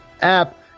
app